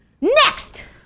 Next